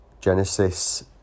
Genesis